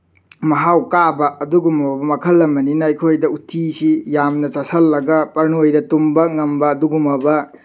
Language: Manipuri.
ꯃꯍꯥꯎ ꯀꯥꯕ ꯑꯗꯨꯒꯨꯝꯂꯕ ꯃꯈꯜ ꯑꯃꯅꯤꯅ ꯑꯩꯈꯣꯏꯗ ꯎꯠꯇꯤꯁꯤ ꯌꯥꯝꯅ ꯆꯥꯁꯤꯜꯂꯒ ꯄꯔꯂꯣꯏꯗ ꯇꯨꯝꯕ ꯉꯝꯕ ꯑꯗꯨꯒꯨꯝꯂꯕ